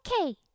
Okay